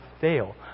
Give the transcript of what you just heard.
fail